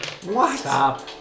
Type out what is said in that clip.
Stop